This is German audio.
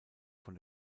von